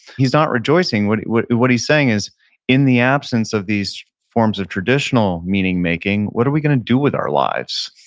he's not rejoicing. rejoicing. what what he's saying is in the absence of these forms of traditional meaning making what are we gonna do with our lives?